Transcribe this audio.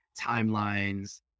timelines